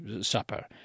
supper